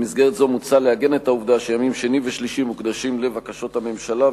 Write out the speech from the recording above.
במסגרת זו מוצע לעגן את העובדה שימים שני ושלישי מוקדשים לבקשות הממשלה,